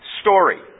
story